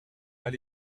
mal